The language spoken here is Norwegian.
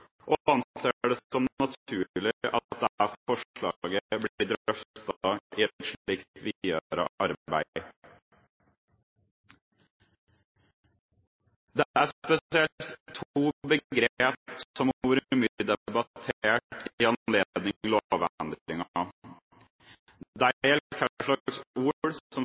og anser det som naturlig at det forslaget blir drøftet i et slikt videre arbeid. Det er spesielt to begrep som har vært mye debattert i anledning lovendringen. Det gjelder hva slags ord